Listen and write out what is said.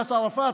יאסר ערפאת,